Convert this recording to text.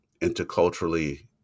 interculturally